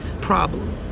problem